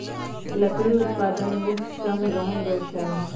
लकड़ी उत्पादन मुख्य श्रम गहन व्यवसाय हइ